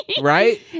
Right